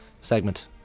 Segment